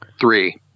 Three